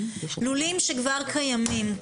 לולים שכבר קיימים,